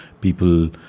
people